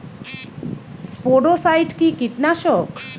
স্পোডোসাইট কি কীটনাশক?